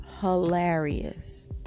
hilarious